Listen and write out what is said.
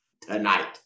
tonight